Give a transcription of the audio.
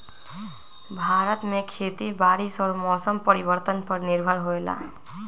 भारत में खेती बारिश और मौसम परिवर्तन पर निर्भर होयला